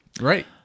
Right